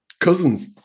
cousins